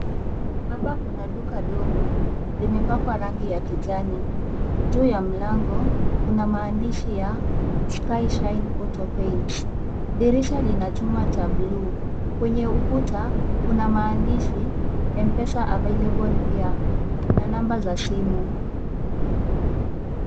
Hapa kuna duka ndogo, limepakwa rangi ya kijani. Juu ya mlango, kuna maandishi ya SKY SHINE AUTO PAINTS .Dirisha lina chuma cha bluu. Kwenye ukuta kuna maandishi MPESA available here na namba za simu.